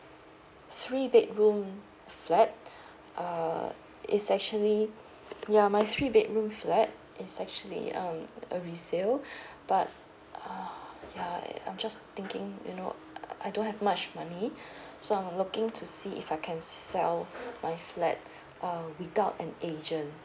three bedroom flat uh it's actually ya my three bedroom flat it's actually um a resale but uh yeah I'm just thinking you know uh I don't have much money so I'm looking to see if I can sell my flat uh without an agent